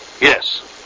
Yes